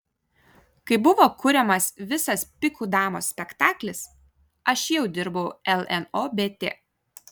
kai buvo kuriamas visas pikų damos spektaklis aš jau dirbau lnobt